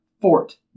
Fort